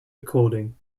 recording